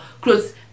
clothes